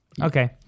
Okay